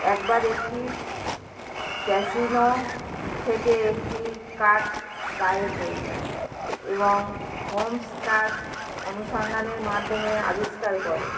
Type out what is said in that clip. একবার একটি ক্যাসিনো থেকে একটি কার্ড গায়েব হয়ে যায় এবং হোম্স তার অনুসন্ধানের মাধ্যমে আবিষ্কার করেন